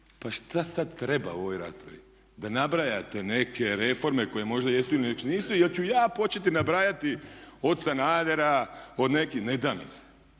Pa šta sada treba u ovoj raspravi? Da nabrajate neke reforme koje možda jesu ili nisu? Jer ću ja početi nabrajati od Sanadera, od nekih, neda mi se,